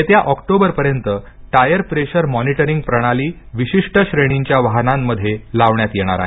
येत्या ऑक्टोबरपर्यंत tyre pressure monitoring प्रणाली विशिष्ट श्रेणींच्या वाहनांमध्ये लावण्यात येणार आहे